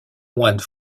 moine